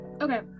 Okay